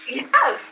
Yes